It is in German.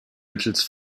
mittels